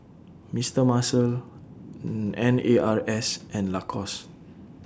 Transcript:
Mister Muscle N A R S and Lacoste